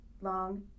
Long